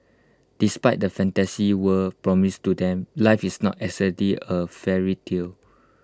despite the fantasy world promised to them life is not exactly A fairy tale